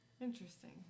Interesting